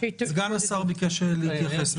סגן השר ביקש להתייחס.